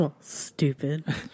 Stupid